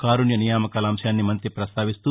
కారుణ్య నియామకాల అంశాన్ని మంతి పస్తావిస్తూ